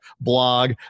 blog